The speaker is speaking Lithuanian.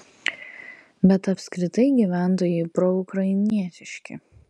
bet apskritai gyventojai proukrainietiški